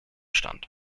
stand